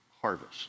Harvest